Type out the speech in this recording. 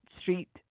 Street